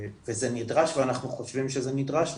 ואנחנו חושבים שזה נדרש,